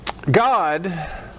God